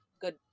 good